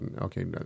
okay